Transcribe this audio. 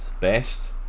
best